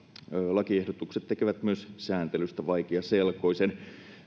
lakiehdotukset tekevät myös sääntelystä vaikeaselkoisen